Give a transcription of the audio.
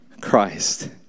Christ